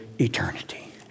eternity